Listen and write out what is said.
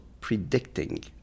predicting